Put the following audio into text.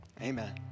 Amen